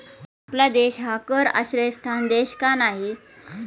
आपला देश हा कर आश्रयस्थान देश का नाही?